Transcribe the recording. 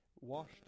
washed